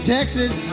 Texas